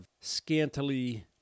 scantily